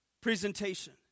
presentation